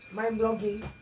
mindblogging